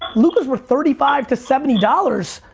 luka's were thirty five to seventy dollars.